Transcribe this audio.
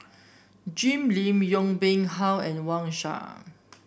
Jim Lim Yong Pung How and Wang Sha